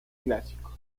clásico